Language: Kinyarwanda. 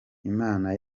imana